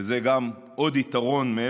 וזה עוד יתרון,